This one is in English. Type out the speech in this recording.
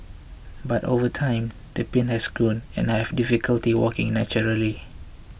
but over time the pain has grown and I have difficulty walking naturally